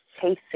chasing